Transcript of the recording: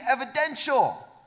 evidential